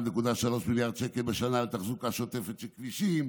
1.3 מיליארד שקל בשנה לתחזוקה שוטפת של כבישים,